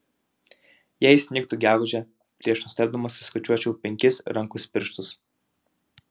jei snigtų gegužę prieš nustebdamas suskaičiuočiau penkis rankos pirštus